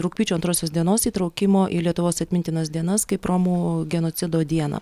rugpjūčio antrosios dienos įtraukimo į lietuvos atmintinas dienas kaip romų genocido dieną